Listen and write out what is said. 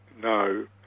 No